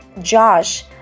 Josh